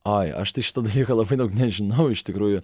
oi aš tai šito dalyko labai daug nežinau iš tikrųjų